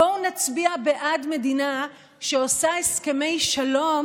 בואו נצביע בעד מדינה שעושה הסכמי שלום